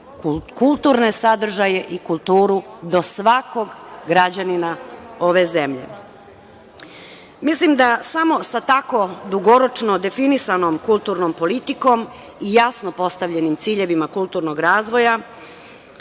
kulturne sadržaje i kulturu do svakog građanina ove zemlje. Mislim da samo sa tako dugoročno definisanom kulturnom politikom i jasno postavljenim ciljevima kulturnog razvoja,